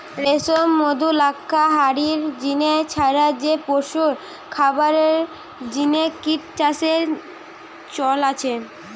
রেশম, মধু, লাক্ষা হারির জিনে ছাড়া বি পশুর খাবারের জিনে কিট চাষের চল আছে